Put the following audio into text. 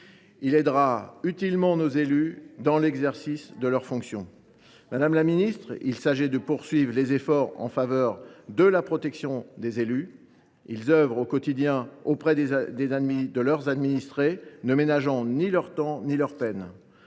Il aidera utilement nos élus dans l’exercice de leurs fonctions. Madame la ministre, il s’agit de poursuivre les efforts en faveur de la protection des élus, qui œuvrent au quotidien auprès de leurs administrés, ne ménageant ni leur temps ni leur peine.